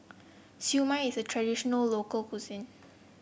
Siew Mai is a traditional local cuisine